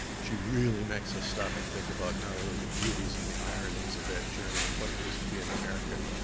she really makes us stop and think about not only the beauties and the ironies of that journey, and what it is to be an american,